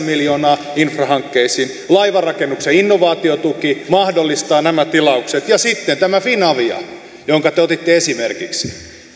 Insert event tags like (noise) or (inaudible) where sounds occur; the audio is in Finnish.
(unintelligible) miljoonaa infrahankkeisiin laivanrakennuksen innovaatiotuki mahdollistaa nämä tilaukset ja sitten tämä finavia jonka te otitte esimerkiksi